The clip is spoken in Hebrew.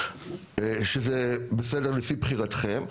שזה בסדר לפי בחירתכם.